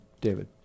David